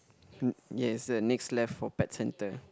yes the left for pet centre